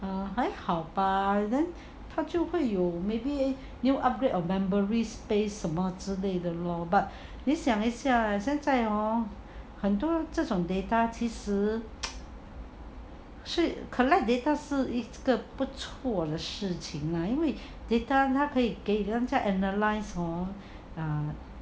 err 还好吧 then 他就会有 maybe new upgrade of memory space 什么之类的 lor but this 想一下现在 hor 很多这种 data 其实是 collect data 是一个不错的事情 lah 因为 data 那可以 analyse hor um